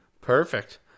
Perfect